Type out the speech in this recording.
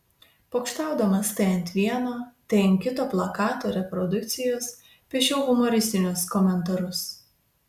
pokštaudamas tai ant vieno tai ant kito plakato reprodukcijos piešiau humoristinius komentarus